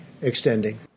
extending